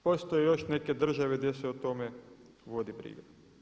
Postoje još neke države gdje se o tome vodi briga.